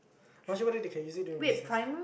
not sure whether they can use it during recess or not